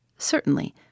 Certainly